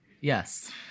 Yes